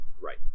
Right